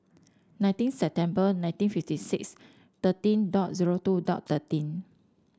nineteen September nineteen fifty six thirteen dot zero two dot thirteen